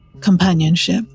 companionship